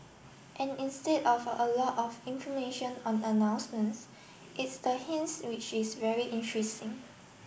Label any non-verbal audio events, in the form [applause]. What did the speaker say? and instead of a lot of information on announcements it's the hints which is very [unintelligible]